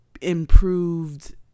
improved